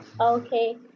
Okay